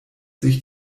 sich